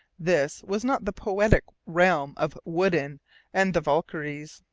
this was not the poetic realm of wodin and the valkyries.